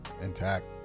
intact